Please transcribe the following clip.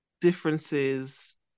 differences